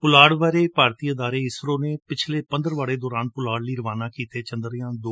ਪੁਲਾੜ ਬਾਰੇ ਭਾਰਤੀ ਅਦਾਰੇ ਇਸਰੋ ਨੇ ਪਿਛਲੇ ਪੰਦਰਵਾੜੇ ਦੌਰਾਨ ਪੁਲਾੜ ਲਈ ਰਵਾਨਾ ਕੀਤੇ ਚੰਦਰਯਾਨ